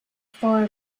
for